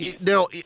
now